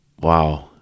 wow